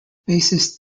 bassist